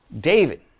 David